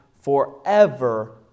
forever